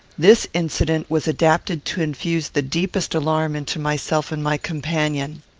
this incident was adapted to infuse the deepest alarm into myself and my companion.